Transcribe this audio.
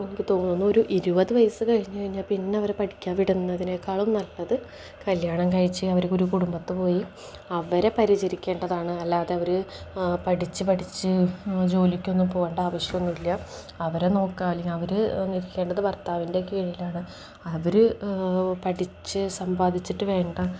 എനിക്കു തോന്നുന്നു ഒരു ഇരുപത് വയസ്സ് കഴിഞ്ഞു കഴിഞ്ഞാൽ പിന്നെ അവരെ പഠിക്കാൻ വിടുന്നതിനേക്കാളും നല്ലത് കല്യാണം കഴിച്ച് അവർക്കൊരു കുടുംബത്തു പോയി അവരെ പരിചരിക്കേണ്ടതാണ് അല്ലാതെ അവർ പഠിച്ചു പഠിച്ച് ജോലിക്കൊന്നും പോകേണ്ട ആവശ്യമൊന്നുമില്ല അവരെ നോക്കുക അല്ലെങ്കിൽ അവർ ഇരിക്കേണ്ടത് ഭർത്താവിൻ്റെ കീഴിലാണ് അവർ പഠിച്ചു സമ്പാദിച്ചിട്ടു വേണ്ട